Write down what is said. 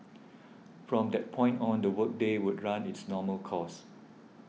from that point on the work day would run its normal course